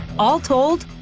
all told,